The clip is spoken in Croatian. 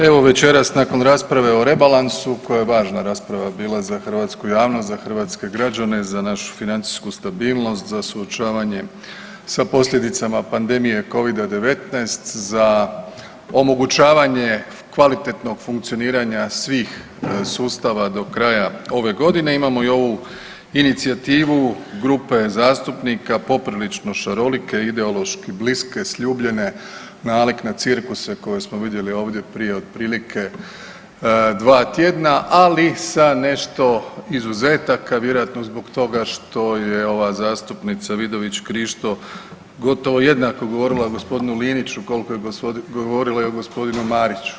Evo večeras nakon rasprave o rebalansu koja je važna rasprava bila za hrvatsku javnost, za hrvatske građane, za našu financijsku stabilnost, za suočavanje sa posljedicama pandemije Covida-19, za omogućavanje kvalitetnog funkcioniranje svih sustava do kraja ove godine imamo i ovu inicijativu grupe zastupnika poprilično šarolike, ideološki bliske, sljubljene, nalik na cirkuse koje smo vidjeli ovdje prije otprilike dva tjedna, ali sa nešto izuzetaka vjerojatno zbog toga što je ova zastupnica Vidović Krišto gotovo jednako govorila o gospodinu Liniću koliko je govorila i o gospodinu Meriću.